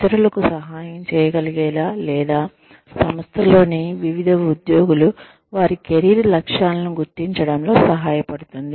ఇతరులకు సహాయం చేయగలిగేలా లేదా సంస్థలోని వివిధ ఉద్యోగులు వారి కెరీర్ లక్ష్యాలను గుర్తించడంలో సహాయపడుతుంది